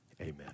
Amen